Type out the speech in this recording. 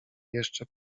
jeszcze